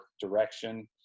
direction